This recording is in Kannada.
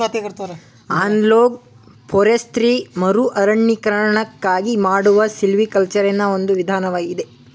ಅನಲೋಗ್ ಫೋರೆಸ್ತ್ರಿ ಮರುಅರಣ್ಯೀಕರಣಕ್ಕಾಗಿ ಮಾಡುವ ಸಿಲ್ವಿಕಲ್ಚರೆನಾ ಒಂದು ವಿಧಾನವಾಗಿದೆ